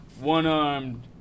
One-armed